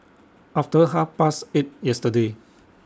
after Half Past eight yesterday